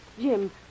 Jim